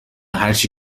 هرچی